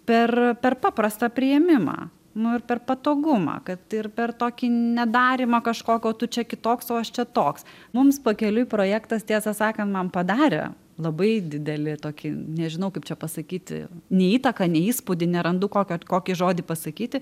per per paprastą priėmimą nu ir per patogumą kad ir per tokį nedarymą kažkok o tu čia kitoks o čia toks mums pakeliui projektas tiesą sakant man padarė labai didelį tokį nežinau kaip čia pasakyti ne įtaką ne įspūdį nerandu kokio kokį žodį pasakyti